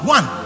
One